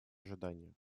ожидания